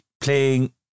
playing